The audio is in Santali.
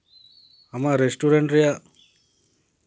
ᱟᱢᱟᱜ ᱨᱮᱥᱴᱩᱨᱮᱱᱴ ᱨᱮᱭᱟᱜ